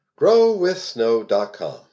growwithsnow.com